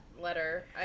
letter